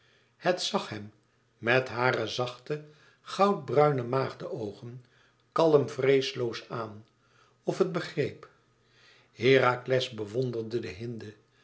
het zag hem met hare zachte goudbruine maagde oogen kalm vreesloos aan of het begreep herakles bewonderde de hinde